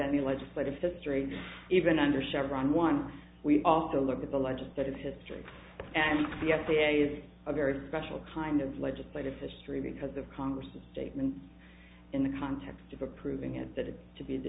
any legislative history even under chevron one we also look at the legislative history and the f d a is a very special kind of legislative history because of congress a statement in the context of approving it t